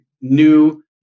new